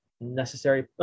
necessary